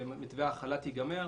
כשמתווה החל"ת ייגמר,